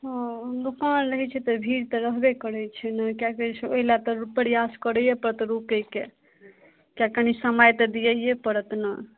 ओ दुकान रहय छै तऽ भीड़ तऽ रहबे करय छै ने किएक ओइ लए तऽ प्रयास करइए पड़त रूकयके किएक कनी समय तऽ दिययै पड़त ने